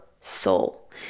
soul